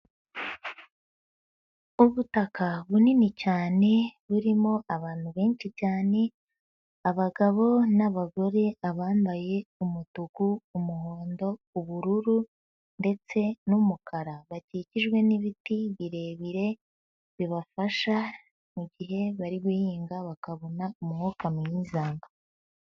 Ubutaka bunini cyane burimo abantu benshi cyane, abagabo n'abagore, abambaye umutuku, umuhondo, ubururu ndetse n'umukara, bakikijwe n'ibiti birebire bibafasha, mugihe bari guhinga bakabona umwuka mwiza.